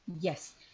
Yes